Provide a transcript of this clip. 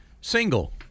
single